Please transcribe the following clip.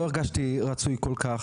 לא הרגשתי כל כך רצוי.